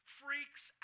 freaks